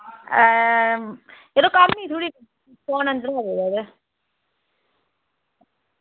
यरो कम्म ही थोह्ड़ी फोन अंदर ही पेदा ते